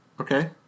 Okay